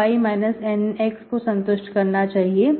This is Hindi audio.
yμ को संतुष्ट करना चाहिए